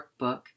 workbook